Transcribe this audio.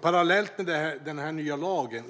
Parallellt med den nya lagen